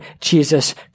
Jesus